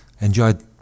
Enjoyed